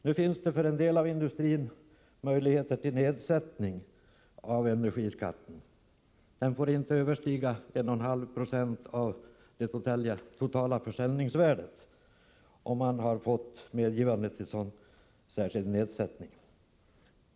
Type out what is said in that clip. Nu finns för en del av industrin möjligheter till nedsättning av energiskatten. Den får inte överstiga 1,5 90 av det totala försäljningsvärdet, om man har fått tillstånd till sådan här särskild nedsättning.